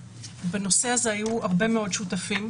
בנושא הזה היו הרבה מאוד שותפים.